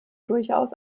durchaus